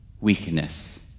Weakness